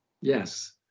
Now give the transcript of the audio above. Yes